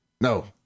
No